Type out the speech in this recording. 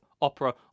Opera